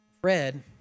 Fred